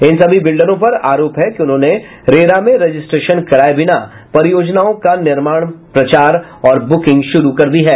इन सभी बिल्डरों पर आरोप है कि उन्होंने रेरा में रजिस्ट्रेशन कराये बिना परियोजनाओं का निर्माण प्रचार और बुकिंग शुरू कर दी है